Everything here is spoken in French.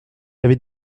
avais